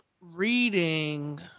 reading